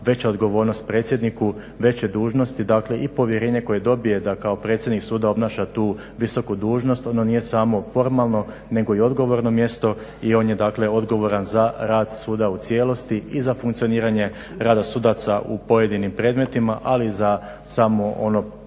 veća odgovornost predsjedniku, veće dužnosti, dakle i povjerenje koje dobije da kao predsjednik suda obnaša tu visoku dužnost. Ono nije samo formalno nego i odgovorno mjesto i on je dakle odgovoran za rad suda u cijelosti i za funkcioniranje rada sudaca u pojedinim predmetima, ali za samo ono